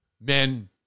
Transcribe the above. men